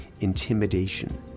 intimidation